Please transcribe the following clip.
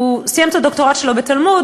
הוא סיים את הדוקטורט שלו בתלמוד,